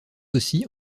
aussi